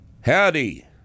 Howdy